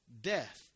death